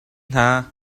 hna